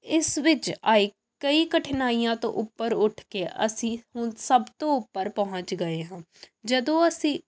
ਇਸ ਵਿੱਚ ਆਈ ਕਈ ਕਠਿਨਾਈਆਂ ਤੋਂ ਉੱਪਰ ਉੱਠ ਕੇ ਅਸੀਂ ਹੁਣ ਸਭ ਤੋਂ ਉੱਪਰ ਪਹੁੰਚ ਗਏ ਹਾਂ ਜਦੋਂ ਅਸੀਂ